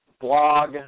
blog